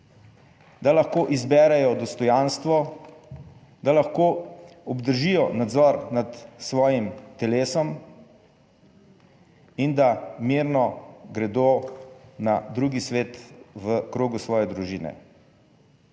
da lahko izberejo dostojanstvo, da lahko obdržijo nadzor nad svojim telesom in da mirno gredo na drugi svet v krogu svoje družine.